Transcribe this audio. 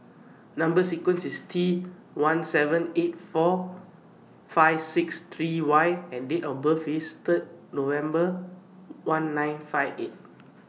Number sequence IS T one seven eight four five six three Y and Date of birth IS Third November one nine five eight